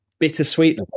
bittersweet